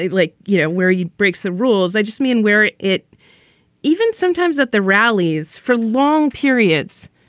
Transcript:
like, you know, where he breaks the rules. i just mean where it even sometimes at the rallies for long periods,